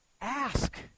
ask